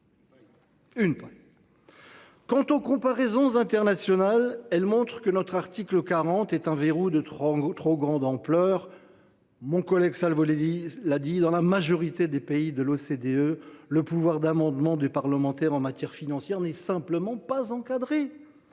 Quant aux comparaisons internationales, elles montrent que l’article 40 est un verrou de trop grande ampleur. Comme l’a indiqué mon collègue Pascal Savoldelli, dans la majorité des pays de l’OCDE, le pouvoir d’amendement des parlementaires en matière financière n’est tout simplement pas encadré.